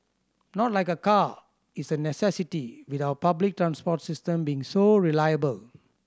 not like a car is a necessity with our public transport system being so reliable